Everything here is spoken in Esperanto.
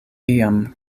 iam